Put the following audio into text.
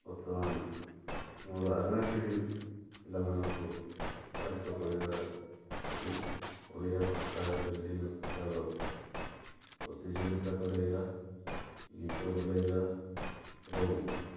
ବର୍ତ୍ତମାନ ଆମର ଆଗାମୀ ପିଢ଼ି ପିଲାମାନଙ୍କୁ ଉତ୍ସାହିତ କରିବା ହେଉଛି ଓଡ଼ିଆ ଭାଷାରେ ବିଭିନ୍ନ ପ୍ରକାର ପ୍ରତିଯୋଗିତା କରାଇବା ଗୀତ ବୋଲାଇବା ଏବଂ